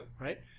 right